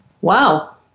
Wow